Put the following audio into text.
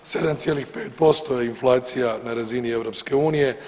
7,5% je inflacija na razini EU.